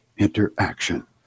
interaction